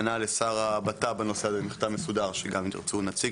ענה לשר הבט"פ בנושא הזה מכתב מסודר בנושא הזה שגם אם תרצו נציג